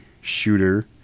Shooter